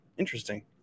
interesting